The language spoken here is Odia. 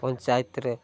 ପଞ୍ଚାୟତରେ